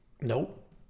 Nope